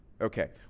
Okay